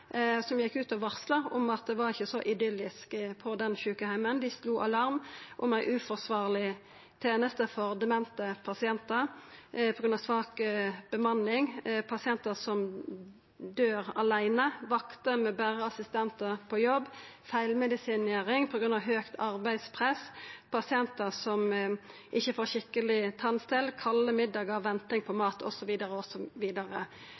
Dei gjekk ut og varsla om at det ikkje var så idyllisk på sjukeheimen. Dei slo alarm om ei uforsvarleg teneste for demente pasientar på grunn av svak bemanning, om pasientar som døyr aleine, om vakter med berre assistentar på jobb, om feilmedisinering på grunn av høgt arbeidspress, om pasientar som ikkje får skikkeleg tannstell, om kalde middagar, venting på